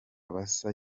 basa